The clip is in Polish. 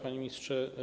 Panie Ministrze!